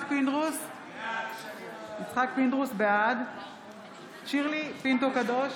יצחק פינדרוס, בעד שירלי פינטו קדוש,